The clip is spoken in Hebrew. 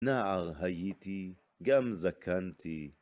נער הייתי, גם זקנתי.